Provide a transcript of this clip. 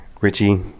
Richie